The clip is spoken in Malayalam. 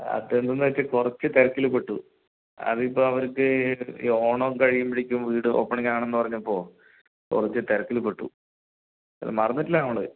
അതെന്തെന്ന് വെച്ചാൽ കുറച്ച് തെരക്കില് പെട്ടു അതിപ്പോൾ അവർക്ക് ഈ ഓണം കഴിയുമ്പഴേക്കും വീട് ഓപ്പണിങ്ങാവണമെന്ന് പറഞ്ഞപ്പോൾ കുറച്ച് തിരക്കില് പെട്ടു അത് മറന്നിട്ടില്ല നമ്മള്